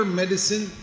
medicine